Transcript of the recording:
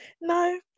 No